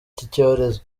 cyorezo